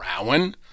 Rowan